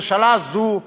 ממשלה זו,